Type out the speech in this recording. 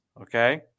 Okay